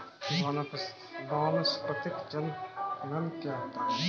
वानस्पतिक जनन क्या होता है?